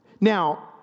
Now